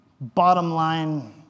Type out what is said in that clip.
bottom-line